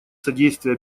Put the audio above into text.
содействие